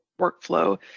workflow